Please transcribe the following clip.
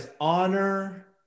honor